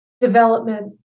development